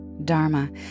Dharma